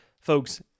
Folks